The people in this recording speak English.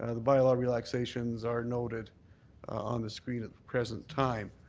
ah the bylaw relaxations are noted on the screen at the present time.